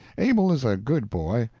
abel is a good boy,